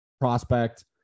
prospect